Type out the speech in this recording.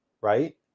right